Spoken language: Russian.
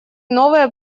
новые